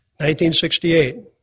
1968